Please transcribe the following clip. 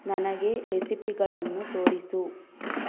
ನನಗೆ ರೆಸಿಪಿಗಳನ್ನು ತೋರಿಸು